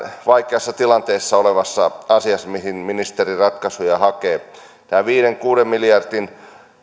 vaikeassa tilanteessa olevassa asiassa mihin ministeri ratkaisuja hakee tämä viiden viiva kuuden miljardin